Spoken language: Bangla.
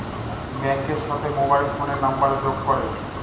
ব্যাঙ্কের সাথে মোবাইল ফোনের নাম্বারের যোগ করে